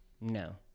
no